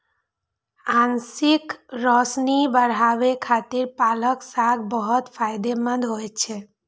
आंखिक रोशनी बढ़ाबै खातिर पालक साग बहुत फायदेमंद होइ छै